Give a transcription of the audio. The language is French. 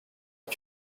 que